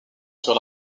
sur